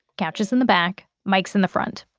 couches in the back, mics in the front